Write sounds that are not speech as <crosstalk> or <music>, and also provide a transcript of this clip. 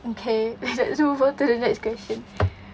okay <laughs> let's move over to the next question